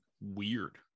weird